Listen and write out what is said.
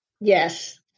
Yes